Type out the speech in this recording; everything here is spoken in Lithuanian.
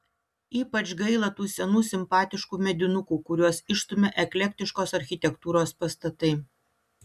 ypač gaila tų senų simpatiškų medinukų kuriuos išstumia eklektiškos architektūros pastatai